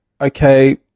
okay